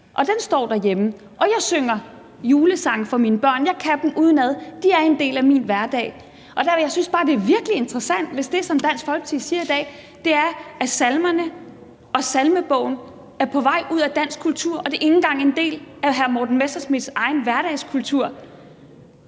den står derhjemme. Jeg synger julesange for mine børn – jeg kan dem udenad, de er en del af min hverdag. Jeg synes bare, det er virkelig interessant, hvis det, som Dansk Folkeparti siger i dag, er, at salmerne og salmebogen er på vej ud af dansk kultur, og at det ikke engang er en del af hr. Morten Messerschmidts egen hverdagskultur.